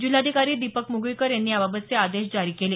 जिल्हाधिकारी दीपक मुगळीकर यांनी याबाबतचे आदेश जारी केले